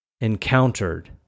encountered